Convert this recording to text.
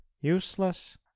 useless